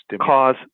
cause